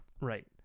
Right